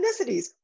ethnicities